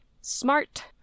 smart